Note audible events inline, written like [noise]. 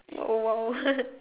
!whoa! [laughs]